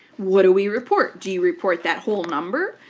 what do we report? do you report that whole number?